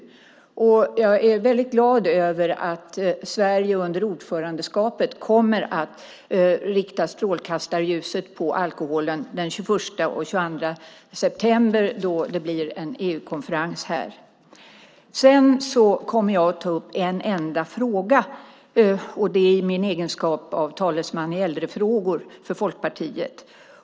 Jag är glad över att Sverige under ordförandeskapet kommer att rikta strålkastarljuset på alkoholen den 21 och 22 september då det blir en EU-konferens här. Jag kommer att ta upp en enda fråga. Det är i min egenskap av talesman i äldrefrågor för Folkpartiet.